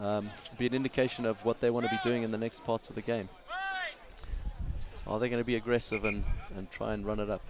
does be an indication of what they want to be doing in the next parts of the game are they going to be aggressive and and try and run it